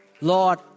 Lord